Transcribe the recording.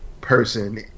person